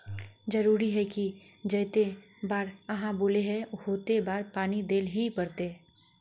जरूरी है की जयते बार आहाँ बोले है होते बार पानी देल ही पड़ते?